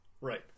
Right